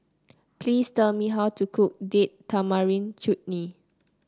please tell me how to cook Date Tamarind Chutney